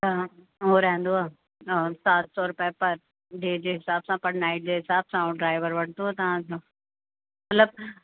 हा उहो रहंदो आहे और चारि सौ रुपया पर डे जे हिसाब आहे पर नाइट जे हिसाब सां उहो ड्राइवर वठंदव तव्हां खां मतलबु